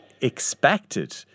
expected